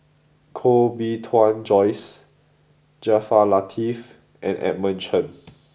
Koh Bee Tuan Joyce Jaafar Latiff and Edmund Chen